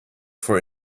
for